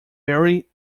very